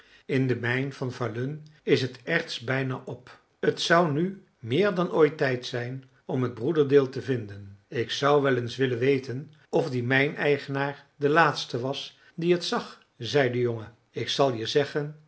in de mijn van falun is het erts bijna op t zou nu meer dan ooit tijd zijn om het broederdeel te vinden ik zou wel eens willen weten of die mijneigenaar de laatste was die het zag zeide de jongen ik zal je zeggen